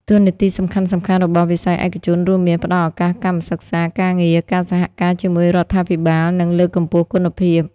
តួនាទីសំខាន់ៗរបស់វិស័យឯកជនរួមមាន ផ្តល់ឱកាសកម្មសិក្សា ការងារ ការសហការជាមួយរដ្ឋាភិបាល និងលើកកម្ពស់គុណភាព។